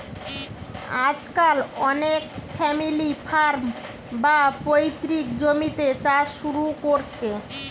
আজকাল অনেকে family farm, বা পৈতৃক জমিতে চাষ শুরু কোরছে